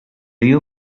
you